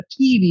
TV